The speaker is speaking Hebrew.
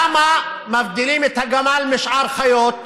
למה מבדילים את הגמל משאר החיות?